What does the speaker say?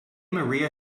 maria